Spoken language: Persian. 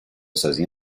سازی